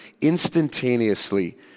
instantaneously